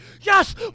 yes